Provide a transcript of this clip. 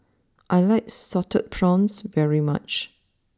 I like Salted Prawns very much